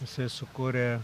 jisai sukūrė